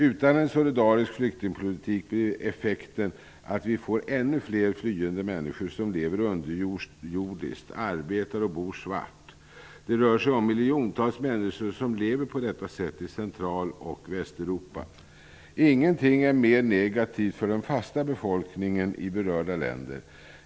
Utan en solidarisk flyktingpolitik blir effekten att vi får ännu fler flyende människor som lever underjordiskt, arbetar och bor svart. Det rör sig om miljontals människor som lever på detta sätt i Central och Västeuropa. Ingenting är mer negativt för den fasta befolkningen i berörda länder.